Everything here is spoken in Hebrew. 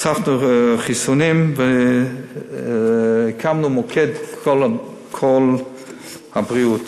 הוספנו חיסונים והקמנו מוקד, "קול הבריאות".